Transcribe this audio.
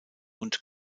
und